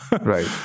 right